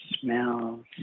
smells